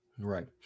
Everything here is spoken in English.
Right